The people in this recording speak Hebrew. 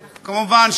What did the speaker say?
כמובן,